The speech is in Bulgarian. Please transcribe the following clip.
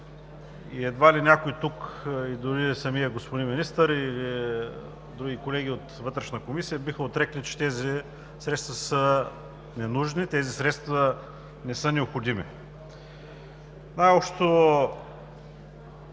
Едва ли някой тук дори и господин министърът или други колеги от Вътрешната комисия биха отрекли, че тези средства са ненужни, че тези средства не са необходими. Най-общото